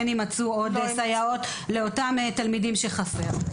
יימצאו עוד סייעות לאותם תלמידים שחסר.